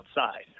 outside